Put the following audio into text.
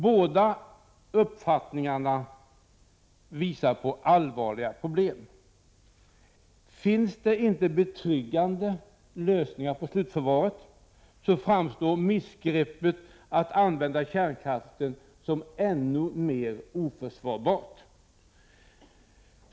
Båda 76 uppfattningarna visar på allvarliga problem. Om det inte finns betryggande lösningar när det gäller slutförvaringen så framstår missgreppet att använda kärnkraften som ännu mer oförsvarbart.